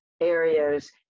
areas